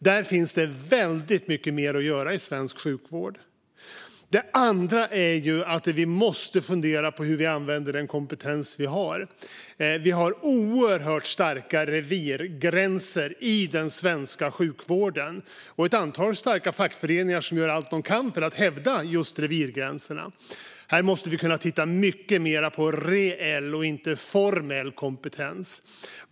Där finns det väldigt mycket mer att göra i svensk sjukvård. Vi måste också fundera över hur vi använder den kompetens vi har. Det finns oerhört starka revirgränser i den svenska sjukvården och ett antal starka fackföreningar som gör allt de kan för att hävda just revirgränserna. Här måste vi kunna titta mycket mer på reell och inte formell kompetens.